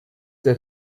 der